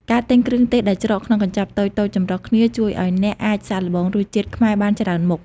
ការទិញគ្រឿងទេសដែលច្រកក្នុងកញ្ចប់តូចៗចម្រុះគ្នា ជួយឱ្យអ្នកអាចសាកល្បងរសជាតិខ្មែរបានច្រើនមុខ។